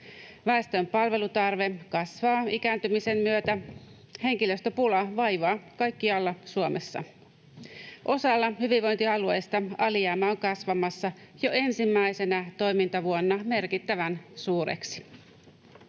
Väestön palvelutarve kasvaa ikääntymisen myötä. Henkilöstöpula vaivaa kaikkialla Suomessa. Osalla hyvinvointialueista alijäämä on kasvamassa jo ensimmäisenä toimintavuonna merkittävän suureksi.